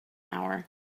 hour